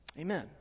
Amen